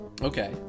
Okay